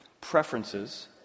preferences